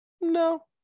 no